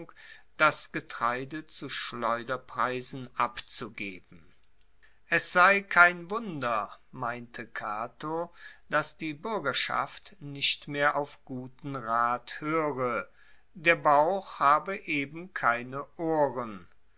das getreide zu schleuderpreisen abzugeben es sei kein wunder meinte cato dass die buergerschaft nicht mehr auf guten rat hoere der bauch habe eben keine ohren